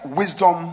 wisdom